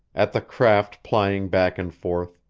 at the craft plying back and forth,